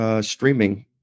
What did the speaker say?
Streaming